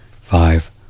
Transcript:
five